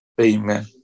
Amen